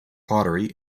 pottery